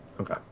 Okay